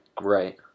Right